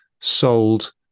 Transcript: sold